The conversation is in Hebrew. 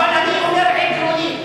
אבל אני אומר עקרונית,